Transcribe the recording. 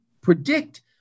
predict